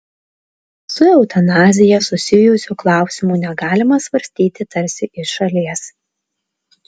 su eutanazija susijusių klausimų negalima svarstyti tarsi iš šalies